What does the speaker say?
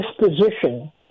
disposition